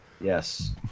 Yes